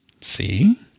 see